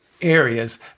areas